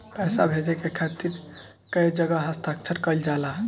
पैसा भेजे के खातिर कै जगह हस्ताक्षर कैइल जाला?